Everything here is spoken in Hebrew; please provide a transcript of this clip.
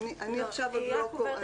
אני עכשיו עוד לא קוראת,